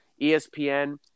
ESPN